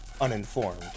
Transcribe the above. uninformed